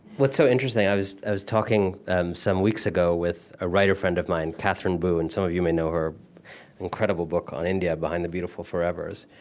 what's so interesting i was i was talking and some weeks ago with a writer friend of mine, katherine boo, and some of you may know her incredible book on india, behind the beautiful forevers.